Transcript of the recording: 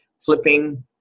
flipping